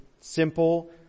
simple